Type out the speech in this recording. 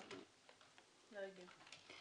לא הגיעו.